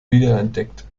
wiederentdeckt